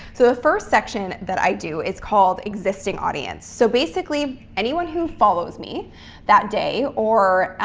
so the first section that i do, it's called existing audience. so basically, anyone who follows me that day or